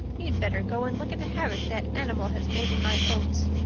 you'd better go and look at the havoc that animal has made in my oats.